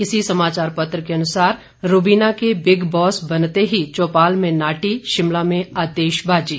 इसी समाचार पत्र के अनुसार रूबीना के बिग बॉस बनते ही चौपाल में नाटी शिमला में आतिशबाजी